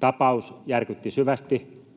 Tapaus järkytti syvästi